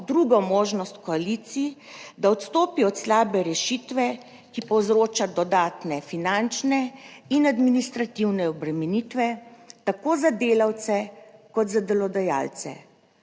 drugo možnost koaliciji, da odstopi od slabe rešitve, ki povzroča dodatne finančne in administrativne obremenitve tako za delavce kot za delodajalce.